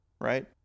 right